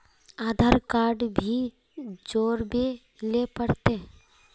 आधार card भी जोरबे ले पड़ते?